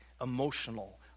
emotional